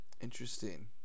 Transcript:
Interesting